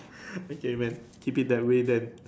okay man keep it that way then